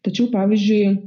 tačiau pavyzdžiui